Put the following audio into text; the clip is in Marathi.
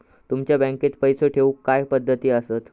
तुमच्या बँकेत पैसे ठेऊचे काय पद्धती आसत?